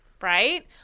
Right